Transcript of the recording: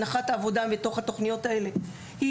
הנחת העבודה מתוך התוכניות האלה היא